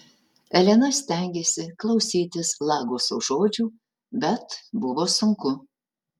elena stengėsi klausytis lagoso žodžių bet buvo sunku